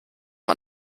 man